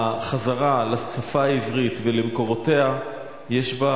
החזרה לשפה העברית ולמקורותיה יש בה